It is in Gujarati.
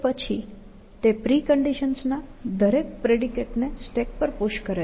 તે પછી તે પ્રિકન્ડિશન્સ ના દરેક પ્રેડિકેટ ને સ્ટેક પર પુશ કરે છે